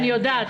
אני יודעת,